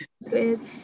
yes